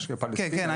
כן.